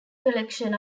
collection